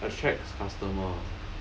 attracts customer